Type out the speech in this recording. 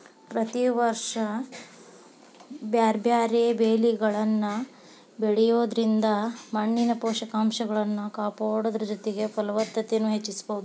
ಪ್ರತಿ ವರ್ಷ ಬ್ಯಾರ್ಬ್ಯಾರೇ ಬೇಲಿಗಳನ್ನ ಬೆಳಿಯೋದ್ರಿಂದ ಮಣ್ಣಿನ ಪೋಷಕಂಶಗಳನ್ನ ಕಾಪಾಡೋದರ ಜೊತೆಗೆ ಫಲವತ್ತತೆನು ಹೆಚ್ಚಿಸಬೋದು